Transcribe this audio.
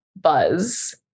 buzz